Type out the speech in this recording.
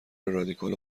رادیکال